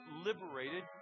liberated